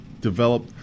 develop